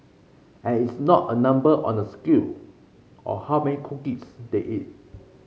and it's not a number on a scale or how many cookies they eat